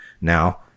now